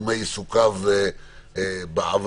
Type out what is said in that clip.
מתחומי עיסוקיו בעבר.